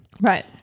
Right